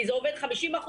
כי זה עובד 50%,